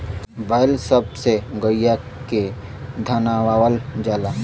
बैल सब से गईया के धनवावल जाला